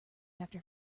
after